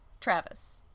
Travis